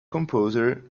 composer